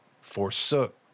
forsook